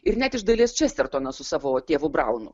ir net iš dalies čestertonas su savo tėvų braunu